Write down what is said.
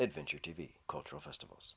adventure t v cultural festivals